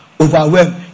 overwhelmed